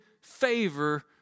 favor